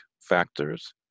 factors